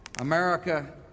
America